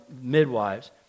midwives